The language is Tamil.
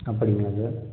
அப்படிங்களாங்க